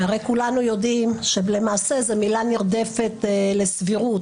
הרי כולנו יודעים שלמעשה זו מילה נרדפת לסבירות,